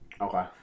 Okay